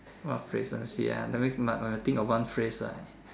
what phrase ah you see ah that means you must must think of one phrase right